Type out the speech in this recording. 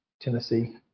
Tennessee